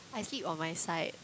I sleep on my side